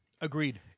Agreed